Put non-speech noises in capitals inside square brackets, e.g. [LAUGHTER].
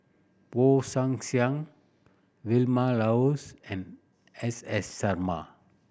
Woon [UNINTELLIGIBLE] Siang Vilma Laus and S S Sarma